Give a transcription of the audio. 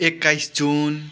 एक्काइस जुन